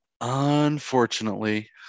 Unfortunately